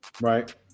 Right